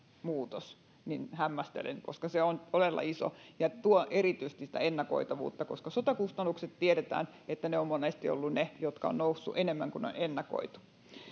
muutos niin hämmästelen koska se on todella iso ja tuo erityisesti sitä ennakoitavuutta koska sote kustannuksista tiedetään että ne ovat monesti olleet ne jotka ovat nousseet enemmän kuin on ennakoitu